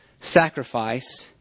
sacrifice